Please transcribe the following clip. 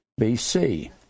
bc